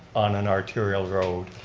on an arterial road.